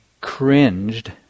cringed